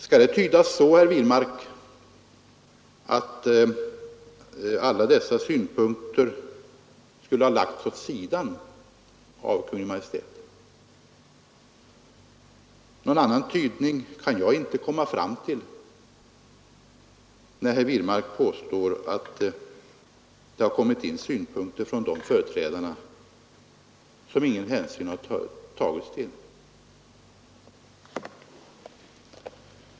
Skall det tydas så, herr Wirmark, att alla dessa synpunkter skulle ha lagts åt sidan av Kungl. Maj:t? Någon annan tydning kan jag inte komma fram till när herr Wirmark påstår att det har kommit in synpunkter från de företrädarna som ingen hänsyn har tagits till.